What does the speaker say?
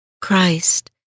Christ